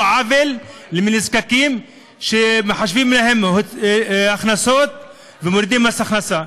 עוול לנזקקים שמחשבים להם הכנסות ומורידים מס הכנסה.